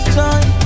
time